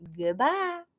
goodbye